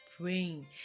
praying